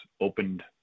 opened